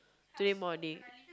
today morning